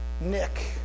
Nick